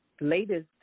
latest